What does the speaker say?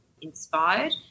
inspired